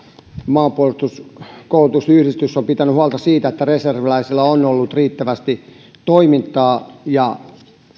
maanpuolustuskoulutusyhdistys on pitänyt huolta siitä että reserviläisillä on ollut riittävästi toimintaa ja